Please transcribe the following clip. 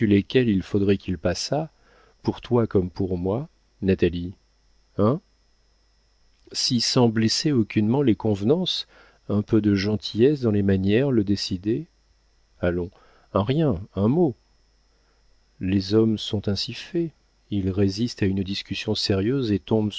lesquelles il faudrait qu'il passât pour toi comme pour moi natalie hein si sans blesser aucunement les convenances un peu de gentillesse dans les manières le décidait allons un rien un mot les hommes sont ainsi faits ils résistent à une discussion sérieuse et tombent